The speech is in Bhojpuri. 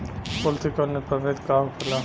कुलथी के उन्नत प्रभेद का होखेला?